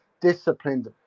disciplined